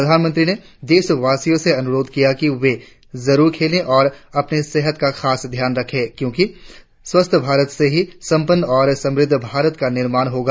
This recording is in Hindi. प्रधानमंत्री ने देशवासियों से अनुरोध किया है कि वे जरुर खेलें और अपनी सेहत पर खास ध्यान दे क्योंकि स्वस्थ्य भारत से ही सम्पन्न और समृद्ध भारत का निर्माण होगा